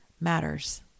matters